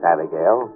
Abigail